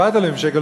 7,000 שקל,